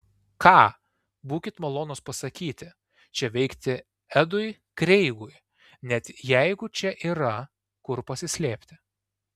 ką būkit malonūs pasakyti čia veikti edui kreigui net jeigu čia yra kur pasislėpti